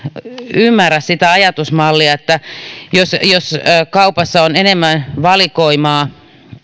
ymmärrä sitä ajatusmallia että jos jos kaupassa on enemmän valikoimaa